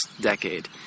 decade